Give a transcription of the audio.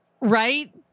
Right